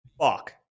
fuck